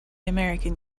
american